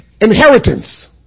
inheritance